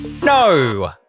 No